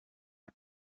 pot